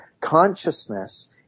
consciousness